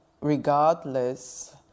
regardless